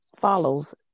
follows